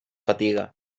fatiga